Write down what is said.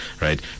right